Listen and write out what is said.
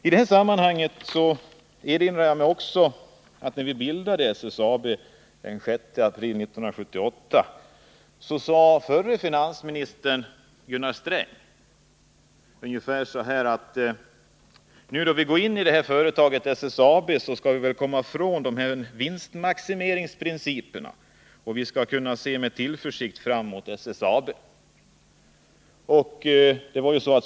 I detta sammanhang erinrar jag mig också att när SSAB bildades den 6 april 1978 sade förre finansministern Gunnar Sträng ungefär så här: Nu när vi går in i SSAB skall vi väl komma ifrån vinstmaximeringsprinciperna. Vi skall kunna se med tillförsikt ftam mot SSAB.